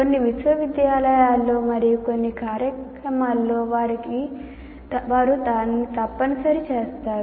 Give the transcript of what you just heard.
కొన్ని విశ్వవిద్యాలయాలలో మరియు కొన్ని కార్యక్రమాలలో వారు దానిని తప్పనిసరి చేస్తారు